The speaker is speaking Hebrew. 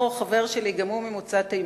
או חבר שלי, גם הוא ממוצא תימני,